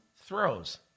throws